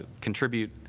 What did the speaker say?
contribute